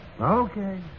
Okay